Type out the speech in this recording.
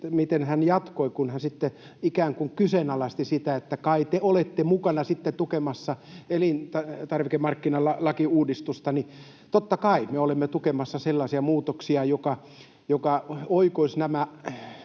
miten hän jatkoi, kun hän sitten ikään kuin kyseenalaisti sitä, että kai te olette mukana sitten tukemassa elintarvikemarkkinalakiuudistusta, niin totta kai me olemme tukemassa sellaisia muutoksia, jotka oikoisivat nämä